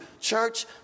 Church